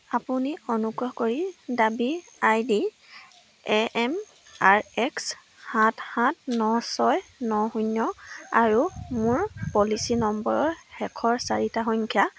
আপুনি অনুগ্ৰহ কৰি দাবী I D A M R X সাত সাত ন ছয় ন শূন্য আৰু মোৰ পলিচি নম্বৰৰ শেষৰ চাৰিটা সংখ্যা